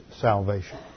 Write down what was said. salvation